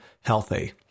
healthy